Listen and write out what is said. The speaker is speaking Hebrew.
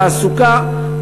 תעסוקה,